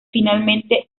finalmente